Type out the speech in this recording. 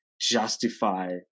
justify